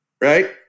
right